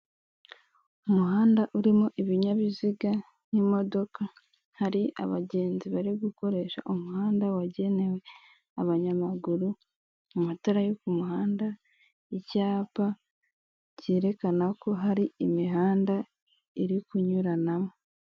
Umuhanda urimo ibinyabiziga nimodoka hari abagenzi bari gukoresha umuhanda wagenewe abanyamaguru amatara yo kumuhanda icyapa cyerekana ko hari imihanda iri kunyuranamo.